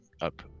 up